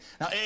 Now